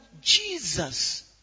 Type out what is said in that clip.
Jesus